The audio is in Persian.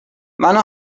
منو